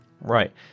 Right